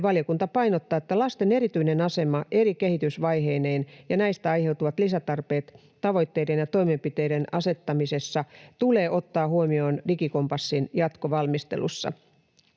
valiokunta painottaa, että lasten erityinen asema eri kehitysvaiheineen ja näistä aiheutuvat lisätarpeet tavoitteiden ja toimenpiteiden asettamisessa tulee ottaa huomioon digikompassin jatkovalmistelussa.